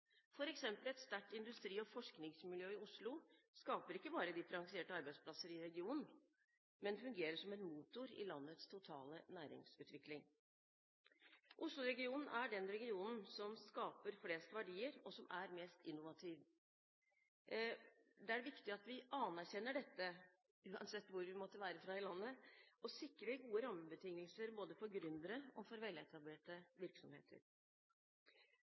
et sterkt industri- og forskningsmiljø i Oslo ikke bare differensierte arbeidsplasser i regionen, men det fungerer som motor i landets totale næringsutvikling. Oslo-regionen er den regionen som skaper flest verdier, og som er mest innovativ. Det er viktig at vi anerkjenner dette, uansett hvor i landet vi måtte være fra, og sikrer gode rammebetingelser både for gründere og for veletablerte virksomheter.